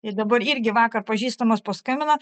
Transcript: ir dabar irgi vakar pažįstamas paskambino